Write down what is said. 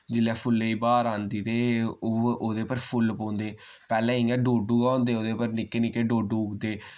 जिल्लै फुल्लें दी ब्हार आंदी ते ओह् ओह्दे पर फुल्ल पौंदे पैह्ले इय्यां डोडु गै होंदे उ'दे पर निक्के डोडु उगदे